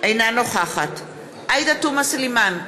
אינה נוכחת עאידה תומא סלימאן,